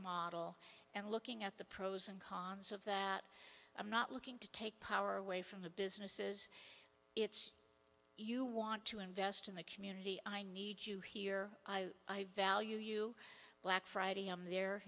model and looking at the pros and cons of that i'm not looking to take power away from the businesses it's you want to invest in the community i need you here i value you black friday i'm there